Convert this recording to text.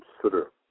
consider